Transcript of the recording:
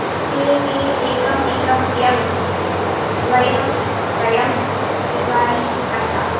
ए ए एकम् एकम् यफ् द्वयं त्रयं चत्वारि अष्ट